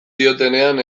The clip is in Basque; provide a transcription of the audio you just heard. diotenean